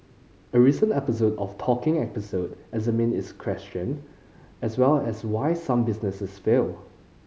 a recent episode of Talking Episode examined this question as well as why some businesses fail